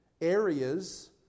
areas